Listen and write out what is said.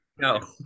no